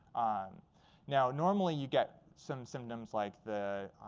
um now, normally you get some symptoms like the